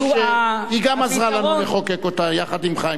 שהיא גם עזרה לנו לחוקק אותו יחד עם חיים כץ.